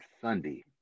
Sunday